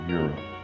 Europe